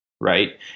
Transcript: Right